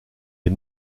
est